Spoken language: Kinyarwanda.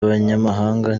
abanyamabanga